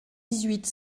huit